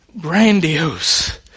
grandiose